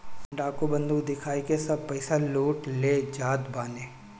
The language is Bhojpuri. डाकू बंदूक दिखाई के सब पईसा लूट ले जात बाने